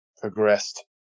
progressed